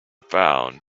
found